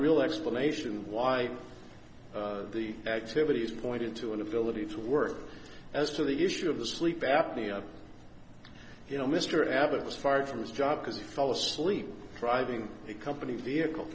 real explanation why the activity is pointing to an ability to work as to the issue of the sleep apnea you know mr abbott was fired from his job because he fell asleep driving a company vehicle